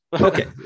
okay